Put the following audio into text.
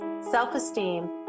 self-esteem